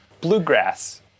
Bluegrass